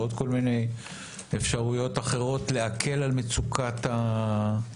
ועוד כל מיני אפשרויות אחרות כדי להקל על מצוקת הדיור.